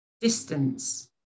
distance